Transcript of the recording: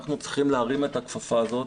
אנחנו צריכים להרים את הכפפה הזאת.